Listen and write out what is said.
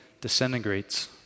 disintegrates